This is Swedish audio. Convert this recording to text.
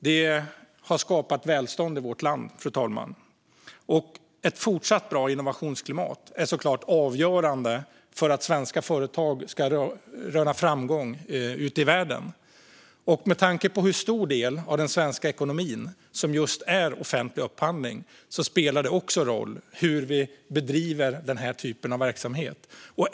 Det har skapat välstånd i vårt land, fru talman, och ett fortsatt bra innovationsklimat är såklart avgörande för att svenska företag ska röna framgång ute i världen. Med tanke på hur stor del av den svenska ekonomin som är just offentlig upphandling spelar det också roll hur vi bedriver den här typen av verksamhet.